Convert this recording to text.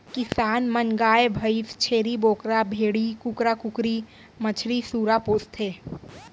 किसान मन गाय भईंस, छेरी बोकरा, भेड़ी, कुकरा कुकरी, मछरी, सूरा पोसथें